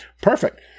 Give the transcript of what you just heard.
Perfect